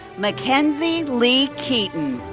mackenzie lee keaton.